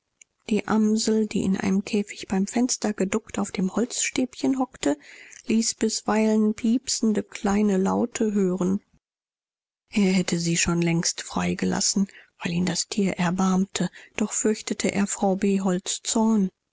die amsel die in einem käfig beim fenster geduckt auf dem holzstäbchen hockte ließ bisweilen piepsende kleine laute hören er hätte sie schon längst freigelassen weil ihn das tier erbarmte doch fürchtete er frau